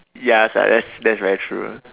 ya sia that's that's very true